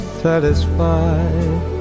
satisfied